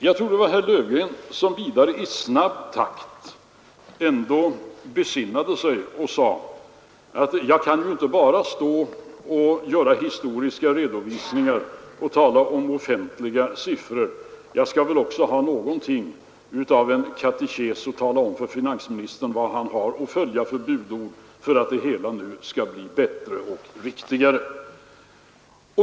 Jag tror att det var herr Löfgren som vidare i snabb takt ändå besinnade sig och sade: Jag kan ju inte bara göra historiska redovisningar och tala om offentliga siffror utan jag skall väl också ge finansministern något av en katekes, så att han vet vilka budord han har att följa för att det hela skall bli bättre och riktigare.